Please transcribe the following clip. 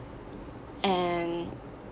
and